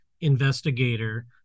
investigator